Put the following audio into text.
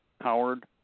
Howard